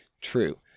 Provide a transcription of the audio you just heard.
true